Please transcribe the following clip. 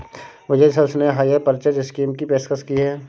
विजय sales ने hire purchase scheme की पेशकश की हैं